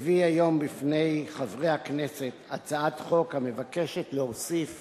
הביא היום בפני חברי הכנסת הצעת חוק המבקשת להוסיף